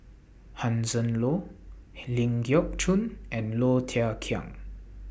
Hanson Ho Ling Geok Choon and Low Thia Khiang